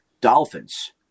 Dolphins